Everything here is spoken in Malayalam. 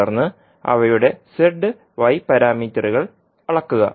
തുടർന്ന് അവയുടെ z y പാരാമീറ്ററുകൾ അളക്കുക